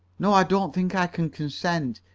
no, i don't think i can consent.